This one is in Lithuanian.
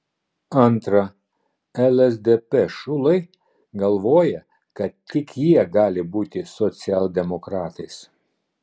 antra lsdp šulai galvoja kad tik jie gali būti socialdemokratais